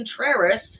Contreras